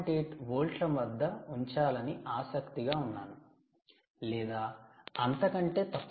8 వోల్ట్ల వద్ద ఉంచాలని ఆసక్తి గా ఉన్నాను లేదా అంత కంటే తక్కువ